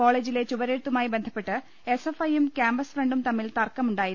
കോളജിലെ ചുവരെഴുത്തുമായി ബന്ധപ്പെട്ട് എസ് എഫ് ഐയും ക്യാമ്പസ് ഫ്രണ്ടും തമ്മിൽ തർക്കമുണ്ടായിരുന്നു